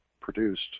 produced